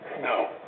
No